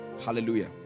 Hallelujah